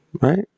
right